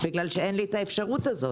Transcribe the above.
בגלל שאין לי את האפשרות הזאת,